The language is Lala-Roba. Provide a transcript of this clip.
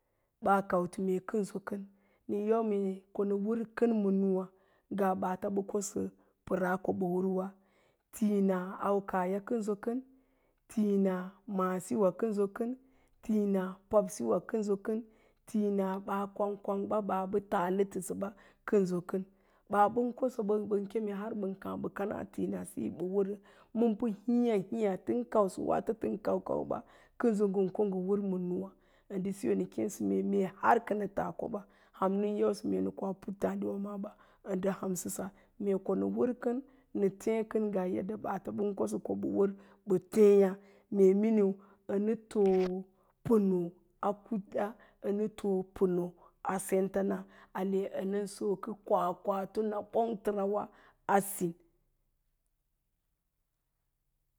Ɓaa kau mee kəsno kən nən yau mee ko nanso kən nən yau mee ko nə wər kən ma nuwá ngaa ɓaata mbə kosə pəəra ko mbə wərwa, tina tu kaahya kənso kən, tina maasiwa kənso kənso, tina paɓisawa kənso kənso, tina paɓisawa kənso kən, tina ɓaa kwang kwang ɓaa mbə taalə təsə ɓa kənso kən, baa bən kosəba har ɓən kem ɓəan káá mbə kana tinasiso mbə wərə. Ma mbə hiiyá hííya tən kausə, wato tən kaukauɓa kənso ngən ko, ko ngəwər ma nuwá, ə ndə siyo nə kéesə mee, me har kənə taa kobəaa ham nən yausə mee nə koa puttááɗ wa maaɓa ndə hansə sa nə ko nə wər kən nə téé kən ngaa yadda ɓaata mɓən kosə ko ɓə wər bə tééyá. Mee miniu an too pənoo a kuɗa, anə too pənoo a sentana ale ənə sokə kwakwatə naɓongərawa a sin